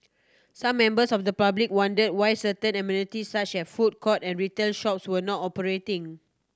some members of the public wondered why certain amenities such as food court and retail shops were not operating